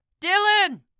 Dylan